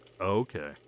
Okay